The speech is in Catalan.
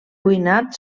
cuinat